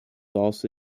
also